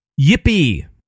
Yippee